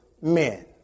men